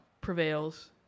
prevails